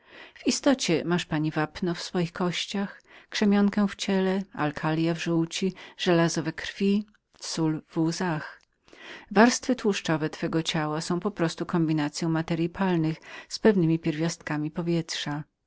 w istocie masz pani wapno w swoich kościach krzemionkę w ciele alkalia w żółci żelazo w krwi sól w łzach części mięsne składają się z kombinacyi materyi palnych z pewnemi pierwiastkami powietrza